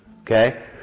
Okay